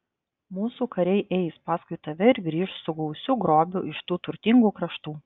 mūsų kariai eis paskui tave ir grįš su gausiu grobiu iš tų turtingų kraštų